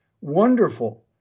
Wonderful